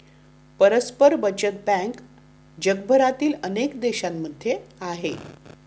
परस्पर बचत बँक जगभरातील अनेक देशांमध्ये आहे